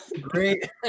great